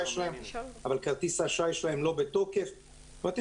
שלהם אבל הוא לא בתוקף זאת אומרת,